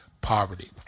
poverty